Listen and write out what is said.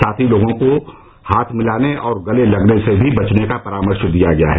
साथ ही लोगों को हाथ मिलाने और गले लगने से भी बचने का परामर्श दिया गया है